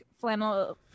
flannel